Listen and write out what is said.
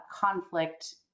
conflict